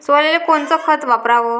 सोल्याले कोनचं खत वापराव?